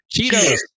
Cheetos